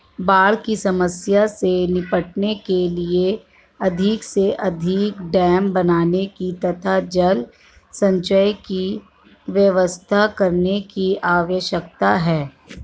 बाढ़ की समस्या से निपटने के लिए अधिक से अधिक डेम बनाने की तथा जल संचय की व्यवस्था करने की आवश्यकता है